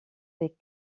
des